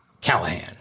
Callahan